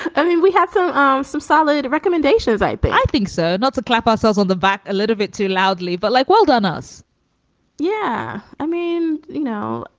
i mean, we had some um some solid recommendations. but i think so not to clap ourselves on the back a little bit too loudly, but like. well done, us yeah. i mean, you know,